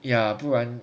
ya 不然